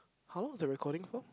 how long is the recording for